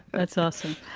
that's awesome.